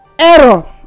error